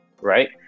right